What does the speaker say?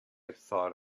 thought